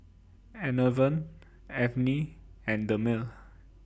Enervon Avene and Dermale